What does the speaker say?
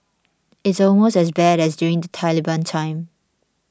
it's almost as bad as during the Taliban time